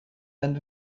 end